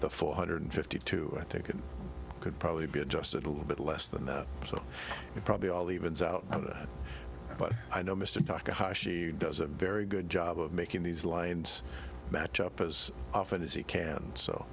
the four hundred fifty two i think it could probably be adjusted a little bit less than that so it probably all evens out but i know mr tuck a high she does a very good job of making these lines match up as often as he can so